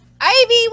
Ivy